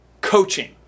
coaching